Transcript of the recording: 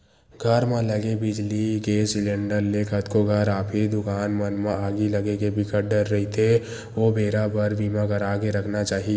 घर म लगे बिजली, गेस सिलेंडर ले कतको घर, ऑफिस, दुकान मन म आगी लगे के बिकट डर रहिथे ओ बेरा बर बीमा करा के रखना चाही